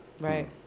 Right